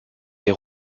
des